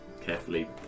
carefully